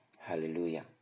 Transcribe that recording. Hallelujah